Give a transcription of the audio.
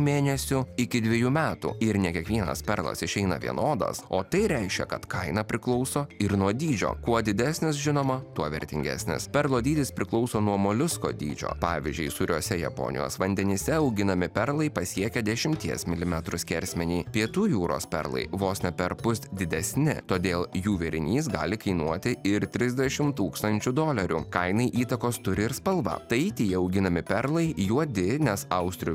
mėnesių iki dvejų metų ir ne kiekvienas perlas išeina vienodas o tai reiškia kad kaina priklauso ir nuo dydžio kuo didesnės žinoma tuo vertingesnis perlo dydis priklauso nuo moliusko dydžio pavyzdžiui sūriuose japonijos vandenyse auginami perlai pasiekia dešimties milimetrų skersmenį pietų jūros perlai vos ne perpus didesni todėl jų vėrinys gali kainuoti ir trisdešim tūkstančių dolerių kainai įtakos turi ir spalva taityje auginami perlai juodi nes austrių